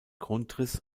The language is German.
grundriss